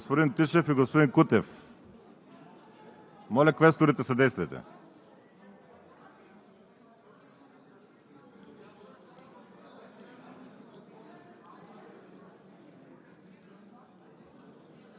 Господин Тишев и господин Кутев – моля, квесторите, съдействайте.